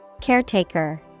Caretaker